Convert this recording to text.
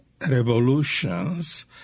revolutions